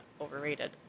overrated